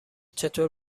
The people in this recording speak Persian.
چطور